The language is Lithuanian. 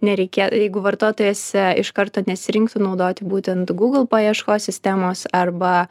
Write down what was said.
nereikia jeigu vartotojas iš karto nesirinktų naudoti būtent google paieškos sistemos arba